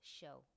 Show